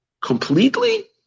completely